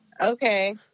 okay